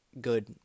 good